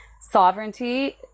sovereignty